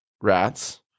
rats